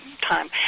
time